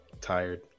tired